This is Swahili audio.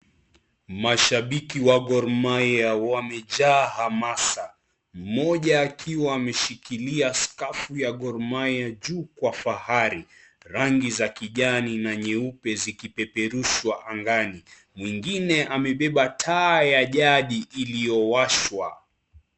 Mashabiki wa Gor Mahia wamejaa hamasa mmoja akiwa ameshikilia scarf ya Gor Mahia juu kwa fahari. Rangi ya kijani na nyeupe zikipeperushwa angani. Mwingine amebeba taa ya jadi iliyowashwa.